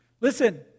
Listen